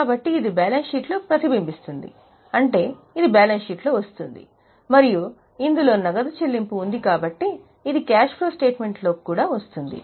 కాబట్టి ఇది బ్యాలెన్స్ షీట్లో ప్రతిబింబిస్తుంది అంటే ఇది బ్యాలెన్స్ షీట్లో వస్తుంది మరియు ఇందులో నగదు చెల్లింపు ఉంది కాబట్టి ఇది క్యాష్ ఫ్లో స్టేట్మెంట్ లో కి కూడా వస్తుంది